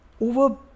over